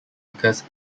occurs